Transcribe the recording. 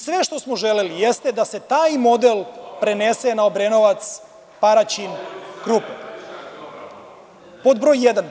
Sve što smo želeli jeste, da se taj model prenese na Obrenovac, Paraćin, Krupanj, pod broj jedan.